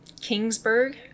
Kingsburg